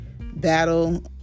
Battle